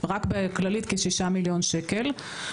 רק בכללית בכ-6 מיליון שקלים.